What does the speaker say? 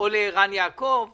או לערן יעקב ומבקשים.